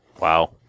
Wow